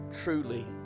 truly